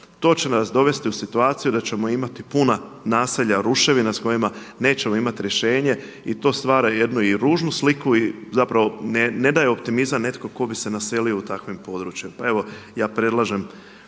to će nas dovesti u situaciju da ćemo imati puna naselja, ruševina s kojima nećemo imati rješenje i to stvara jednu i ružnu sliku i zapravo ne daje optimizam netko tko bi se naselio na takvom području. Pa evo, ja predlažem